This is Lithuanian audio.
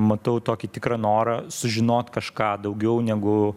matau tokį tikrą norą sužinot kažką daugiau negu